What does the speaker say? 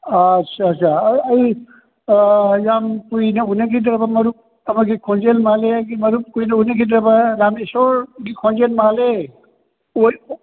ꯑꯩ ꯌꯥꯝ ꯀꯨꯏꯅ ꯎꯅꯈꯤꯗ꯭ꯔꯕ ꯃꯔꯨꯞ ꯑꯃꯒꯤ ꯈꯣꯟꯖꯦꯜ ꯃꯥꯜꯂꯦ ꯑꯩꯒꯤ ꯃꯔꯨꯞ ꯀꯨꯏꯅ ꯎꯅꯈꯤꯗ꯭ꯔꯕ ꯔꯥꯃꯦꯁꯣꯔꯒꯤ ꯈꯣꯟꯖꯦꯜ ꯃꯥꯜꯂꯦ ꯑꯣꯏ